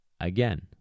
again